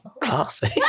classy